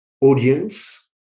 audience